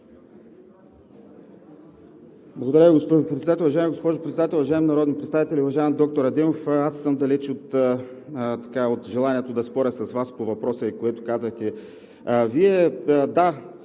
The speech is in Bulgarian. Уважаема госпожо Председател, уважаеми народни представители! Уважаеми доктор Адемов, аз съм далеч от желанието да споря с Вас по въпроса и това, което казахте. Вие